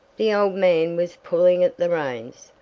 the old man was pulling at the reins,